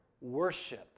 worship